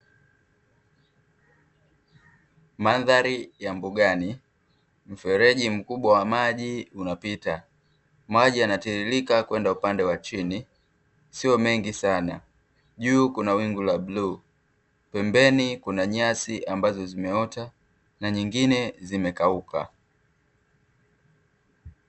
Mandhari ya mbugani, mfereji mkubwa wa maji unapita, maji yanatiririka kwenda upande wa chini, sio mengi sana, juu kuna wingu la bluu, pembeni kuna nyasi ambazo zimeota na nyingine zimekauka.